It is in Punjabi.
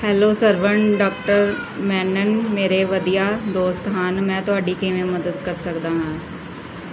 ਹੈਲੋ ਸਰਵਣ ਡਾ ਮੈਨਨ ਮੇਰੇ ਵਧੀਆ ਦੋਸਤ ਹਨ ਮੈਂ ਤੁਹਾਡੀ ਕਿਵੇਂ ਮਦਦ ਕਰ ਸਕਦਾ ਹਾਂ